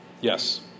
Yes